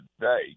today